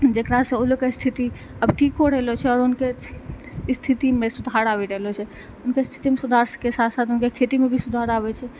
जेकरा सँ ऊलोगके स्थिति अब ठीक हो रहलो छै और ऊनके स्थिति मे सुधार आबि रहलो छै ऊनके स्थिति मे सुधार के साथ साथ ऊनके खेती मे भी सुधार आबै छै